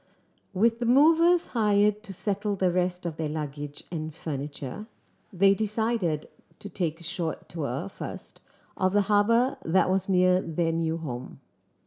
with the movers hired to settle the rest of their luggage and furniture they decided to take a short tour first of the harbour that was near their new home